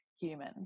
human